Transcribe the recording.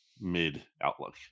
mid-outlook